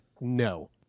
no